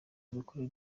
dukora